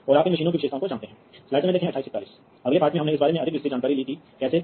उस के विपरीत एक को देखो यह यहां है कि क्या होता है यहां देखें कि आपके पास ये फ़ील्डबस डिवाइस हैं